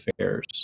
affairs